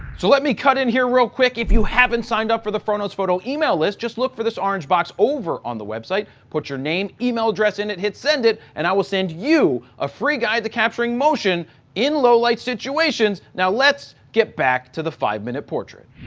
let me cut in here real quick. if you haven't signed up for the froknowsphoto email list, just look for this orange box over on the website. put your name, email address in it. hit send it and i will send you a free guide to capturing motion in low light situations. now, let's get back to the five minute portrait.